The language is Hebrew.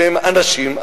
שהם אנשים,